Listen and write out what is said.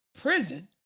prison